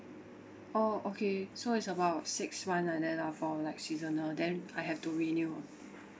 orh okay so it's about six month like that lah for like seasonal then I have to renew